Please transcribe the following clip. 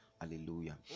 Hallelujah